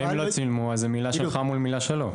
אבל אם לא צילמו, זו מילה שלך מול מילה שלו.